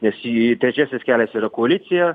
nes į trečiasis kelias yra koalicija